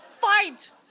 fight